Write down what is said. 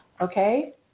okay